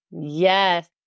Yes